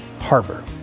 Harbor